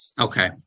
Okay